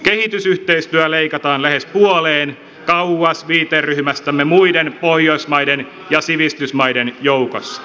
kehitysyhteistyö leikataan lähes puoleen kauas viiteryhmästämme muiden pohjoismaiden ja sivistysmaiden joukossa